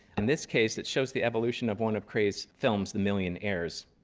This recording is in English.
and this case, it shows the evolution of one of kray's films, the million heirs.